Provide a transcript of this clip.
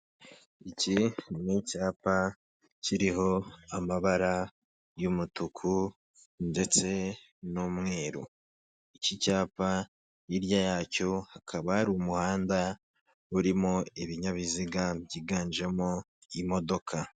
Iki n'icyapa kiriho amabara y'umutuku ndetse n'umweru iki cyapa hirya yacyo hakaba ari umuhanda urimo ibinyabiziga byiganjemo imodoka.